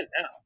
now